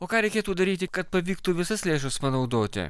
o ką reikėtų daryti kad pavyktų visas lėšas panaudoti